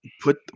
Put